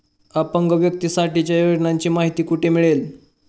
अपंग व्यक्तीसाठीच्या योजनांची माहिती कुठे मिळेल?